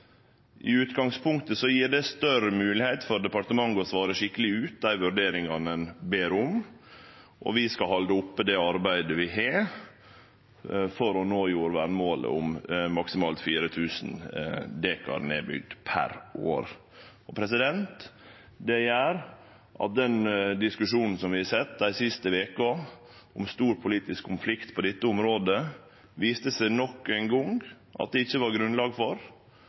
I utgangspunktet gjev det større moglegheit for departementet til å svare skikkeleg når det gjeld dei vurderingane ein ber om, og vi skal halde oppe det arbeidet vi har for å nå jordvernmålet om maksimalt 4 000 dekar nedbygd per år. Det viste seg nok ein gong, etter den diskusjonen vi har sett dei siste vekene, at det ikkje var grunnlag for nokon stor politisk konflikt på dette området